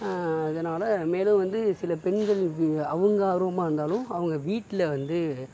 அதனால் மேலும் வந்து சில பெண்கள் அவங்க ஆர்வமாக இருந்தாலும் அவங்க வீட்டில் வந்து